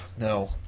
No